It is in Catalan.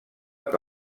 que